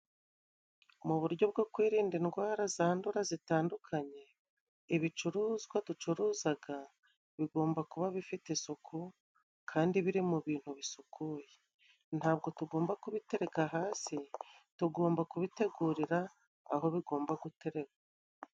Mu buryo bwo kwirinda indwara zandura zitandukanye, ibicuruzwa ducuruzaga bigomba kuba bifite isuku kandi biri mu bintu bisukuye. Ntabwo tugomba kubitereka hasi, tugomba kubitegurira aho bigomba guterekwa.